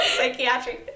Psychiatry